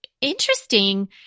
interesting